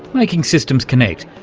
making systems connect,